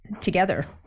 together